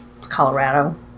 Colorado